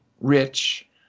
rich